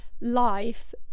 life